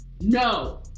No